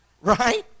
Right